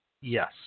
Yes